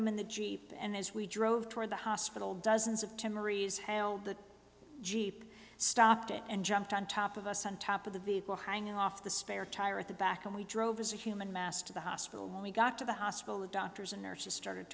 him in the jeep and as we drove toward the hospital dozens of to marie's held the jeep stopped it and jumped on top of us on top of the vehicle hanging off the spare tire at the back and we drove as a human mass to the hospital when we got to the hospital the doctors and nurses started